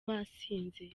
basinze